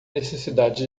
necessidade